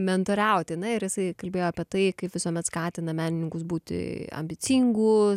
mentoriauti ane ir jisai kalbėjo apie tai kaip visuomet skatina menininkus būti ambicingu